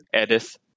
Edith